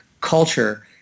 culture